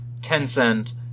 Tencent